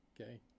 Okay